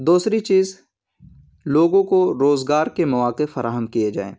دوسری چیز لوگوں کو روزگار کے مواقع فراہم کیے جائیں